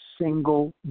single